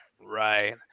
Right